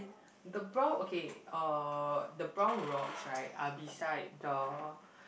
the brown okay uh the brown rocks right are beside the